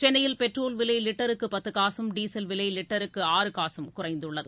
சென்னையில் பெட்ரோல் விலை லிட்டருக்கு பத்து காசும் டீசல் விலை லிட்டருக்கு ஆறு காசும் குறைந்துள்ளது